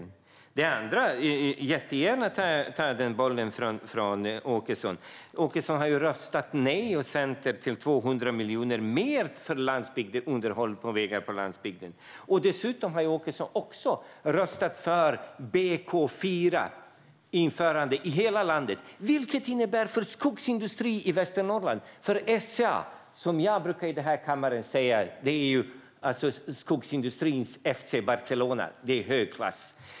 När det gäller det andra tar jag jättegärna den bollen från Åkesson. Han och Centern har röstat nej till 200 miljoner mer till underhåll av vägar på landsbygden. Han har dessutom röstat för införande av BK4 i hela landet. Jag brukar i den här kammaren kalla SCA för skogsindustrins FC Barcelona, och det är hög klass.